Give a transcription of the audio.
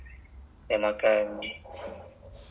I think I think the best time to cook is midnight ah